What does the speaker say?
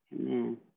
amen